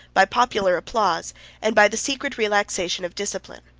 by popular applause, and by the secret relaxation of discipline.